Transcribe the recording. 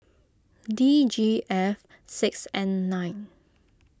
D G F six N nine